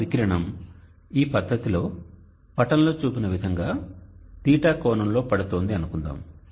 సౌర వికిరణం ఈ పద్ధతిలో పటంలో చూపిన విధంగా θ కోణంలో పడుతోంది అనుకుందాం